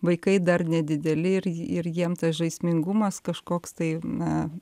vaikai dar nedideli ir ir jiem tas žaismingumas kažkoks tai na